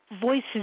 voices